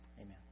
Amen